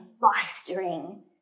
fostering